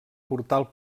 portal